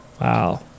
Wow